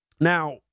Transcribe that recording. Now